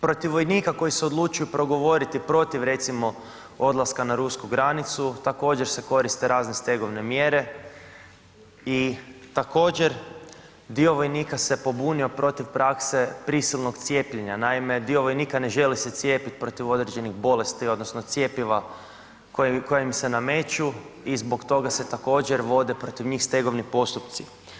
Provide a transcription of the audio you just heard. Protiv vojnika koji se odlučuju progovoriti protiv recimo odlaska na rusku granicu, također se koriste razne stegovne mjere i također dio vojnika se pobunio protiv prakse prisilnog cijepljenja, naime, dio vojnika ne želi se cijepit protiv određenih bolesti odnosno cjepiva koja im se nameću i zbog toga se također vode protiv njih stegovni postupci.